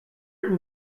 and